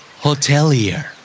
Hotelier